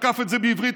תקף את זה בעברית,